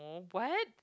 what